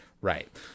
Right